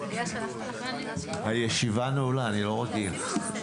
הישיבה ננעלה בשעה